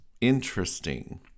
Interesting